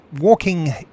walking